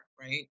right